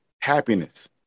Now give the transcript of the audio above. happiness